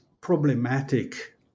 problematic